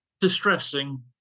distressing